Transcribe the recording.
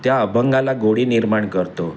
त्या अभंगाला गोडी निर्माण करतो